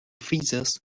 feathers